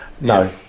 no